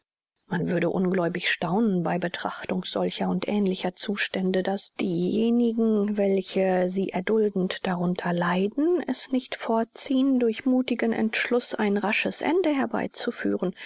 man würde ungläubig staunen bei betrachtung solcher und ähnlicher zustände daß diejenigen welche sie erduldend darunter leiden es nicht vorziehen durch muthigen entschluß ein rasches ende herbeizuführen